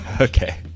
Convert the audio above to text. Okay